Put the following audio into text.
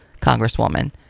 Congresswoman